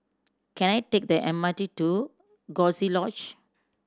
can I take the M R T to Coziee Lodge